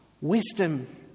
wisdom